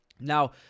Now